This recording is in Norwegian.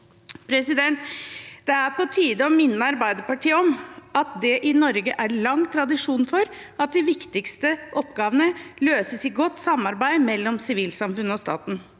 Det er på tide å minne Arbeiderpartiet om at det i Norge er lang tradisjon for at de viktigste oppgavene løses i godt samarbeid mellom sivilsamfunnet og staten.